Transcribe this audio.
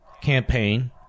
campaign